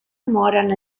moren